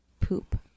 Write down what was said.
poop